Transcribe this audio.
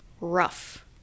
rough